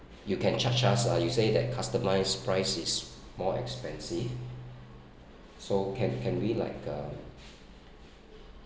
you can charge us lah you say that customized price is more expensive so can can we like um